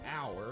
hour